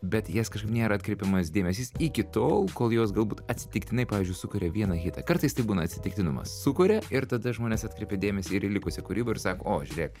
bet į jas kažkaip nėra atkreipiamas dėmesys iki tol kol jos galbūt atsitiktinai pavyzdžiui sukuria vieną kitą kartais tai būna atsitiktinumas sukuria ir tada žmonės atkreipia dėmesį ir į likusią kūrybą ir sako o žiūrėk